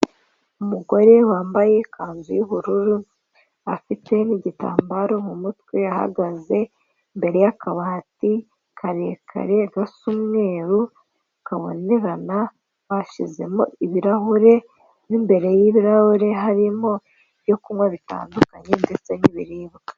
Umugore wambaye ikanzu y'ubururu afite n'igitambaro mu mutwe, ahagaze imbere y'akabati karekare gasa umweru kabonerana bashizemo ibirahure mu imbere y'ibirahure harimo ibyo kunywa bitandukanye ndetse n'ibiribwa.